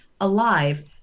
alive